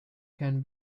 can